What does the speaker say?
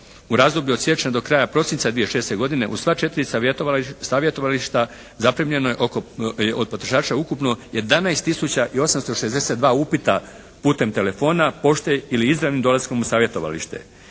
U razdoblju od siječnja do kraja prosinca 2006. godine u sva četiri savjetovališta zaprimljeno je oko, od potrošača ukupno 11 tisuća i 862 upita putem telefona, pošte ili izravnim dolaskom u savjetovalište.